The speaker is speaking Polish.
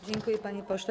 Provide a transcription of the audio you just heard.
Dziękuję, panie pośle.